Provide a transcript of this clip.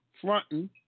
fronting